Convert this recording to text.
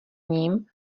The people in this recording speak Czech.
ním